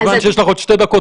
מכיוון שיש לך עוד שתי דקות,